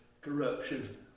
Corruption